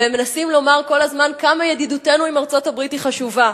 ומנסים לומר כל הזמן כמה ידידותנו עם ארצות-הברית היא חשובה,